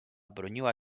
broniła